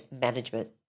management